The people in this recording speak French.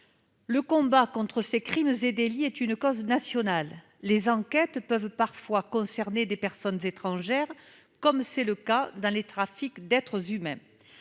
Le combat contre ces crimes et délits est une cause nationale. Les enquêtes peuvent parfois concerner des personnes étrangères, comme c'est le cas dans les trafics d'êtres humains.